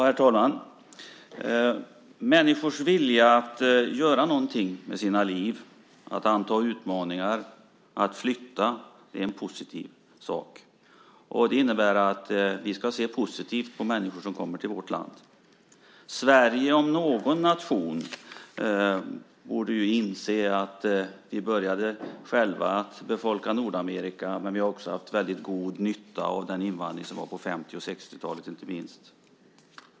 Herr talman! Människors vilja att göra någonting med sina liv, att anta utmaningar och att flytta är en positiv sak. Det innebär att vi ska se positivt på människor som kommer till vårt land. Sverige, om någon nation, borde ju inse att vi själva började befolka Nordamerika. Vi har också haft väldigt god nytta av den invandring som var på 50 och 60-talen, inte minst.